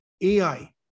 AI